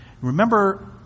Remember